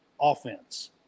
offense